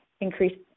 increase